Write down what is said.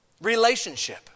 Relationship